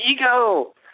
ego